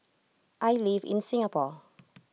I live in Singapore